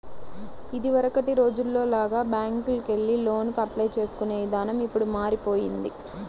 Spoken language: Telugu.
ఇదివరకటి రోజుల్లో లాగా బ్యేంకుకెళ్లి లోనుకి అప్లై చేసుకునే ఇదానం ఇప్పుడు మారిపొయ్యింది